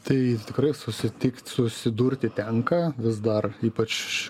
tai tikrai susitikt susidurti tenka vis dar ypač